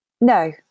No